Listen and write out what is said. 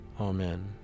Amen